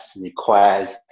requires